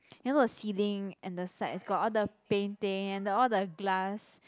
you know the ceiling and the sides got all the painting and the all the glass